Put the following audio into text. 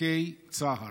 ערכי צה"ל.